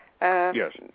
Yes